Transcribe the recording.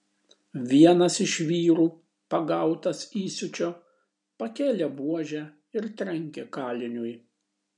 vienas iš vyrų pagautas įsiūčio pakėlė buožę ir trenkė kaliniui